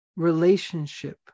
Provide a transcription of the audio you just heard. relationship